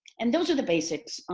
and those are the basics,